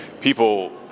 people